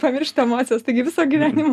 pamiršt emocijas taigi visą gyvenimą